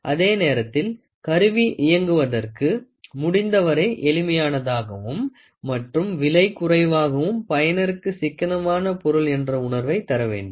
அதே நேரத்தில் கருவி இயக்குவதற்கு முடிந்தவரை எளிமையானதாகவும் மற்றும் விலை குறைவாகவும் பயனருக்கு சிக்கனமான பொருள் என்ற உணர்வை தரவேண்டும்